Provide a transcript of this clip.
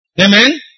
Amen